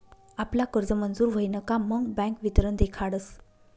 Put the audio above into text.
आपला कर्ज मंजूर व्हयन का मग बँक वितरण देखाडस